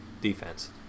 defense